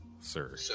sir